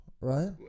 right